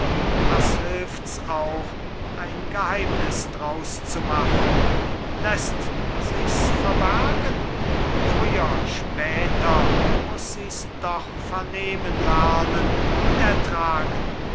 was hilfts auch ein geheimnis draus zu machen läßt sichs verbergen früher später muß sies doch vernehmen lernen und ertragen